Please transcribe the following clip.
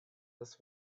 this